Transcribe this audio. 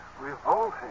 Revolting